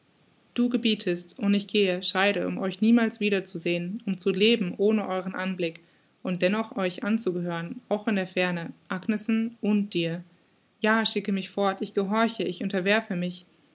du gebietest und ich gehe scheide um euch niemals wieder zu sehen um zu leben ohne euren anblick und dennoch euch anzugehören auch in der ferne agnesen und dir ja schicke mich fort ich gehorche ich unterwerfe mich